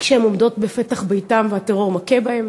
כשהן עומדות בפתח ביתן והטרור מכה בהן,